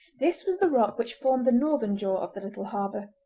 this was the rock which formed the northern jaw of the little harbour.